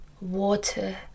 water